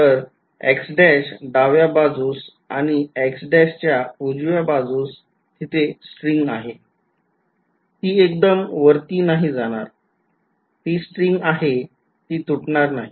तर x डाव्या बाजूस आणि x च्या उजव्या बाजूस तिथे स्ट्रिंग आहे ती एकदम वरती नाही जाणार ती स्ट्रिंग आहे ती तुटणार नाही